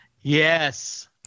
Yes